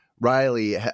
Riley